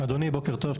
אדוני בוקר טוב.